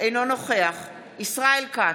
אינו נוכח ישראל כץ,